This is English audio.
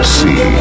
see